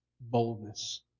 Boldness